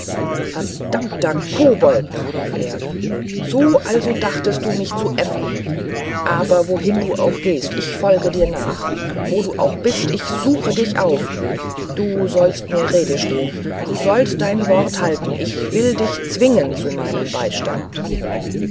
verdammter kobold rief er so also dachtest du mich zu äffen aber wohin du auch gehst ich folge dir nach wo du auch bist ich suche dich auf du sollst mir rede stehen du sollst dein wort halten ich will dich zwingen zu meinem beistand